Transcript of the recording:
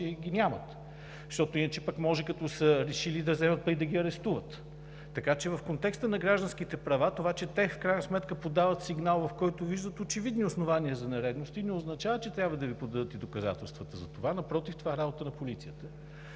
че ги нямат, защото иначе може да са решили и да вземат да ги арестуват. В контекста на гражданските права това, че те подават сигнал, в който виждат очевидни основания за нередности, не означава, че трябва да подадат и доказателства за това, напротив, това е работа на полицията.